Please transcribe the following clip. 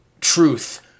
truth